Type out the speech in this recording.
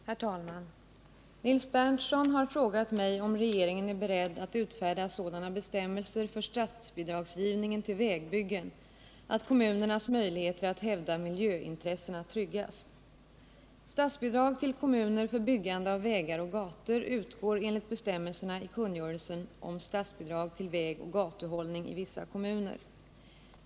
Herr talman! Nils Berndtson har frågat mig om regeringen är beredd att utfärda sådana bestämmelser för statsbidragsgivningen till vägbyggen att kommunernas möjligheter att hävda miljöintressena tryggas. Statsbidrag till kommuner för byggande av vägar och gator utgår enligt bestämmelserna i kungörelsen om statsbidrag till vägoch gatuhållning i vissa kommuner.